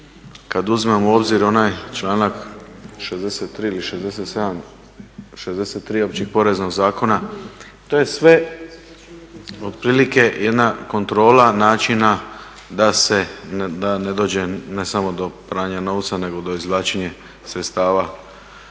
Kada uzmemo u obzir onaj članak 63. Opće poreznog zakona to je sve otprilike jedna kontrola način da ne dođe ne samo do pranja novca, nego do izvlačenja sredstava